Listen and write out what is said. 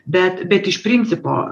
bet bet iš principo